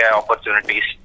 opportunities